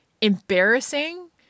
embarrassing